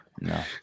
No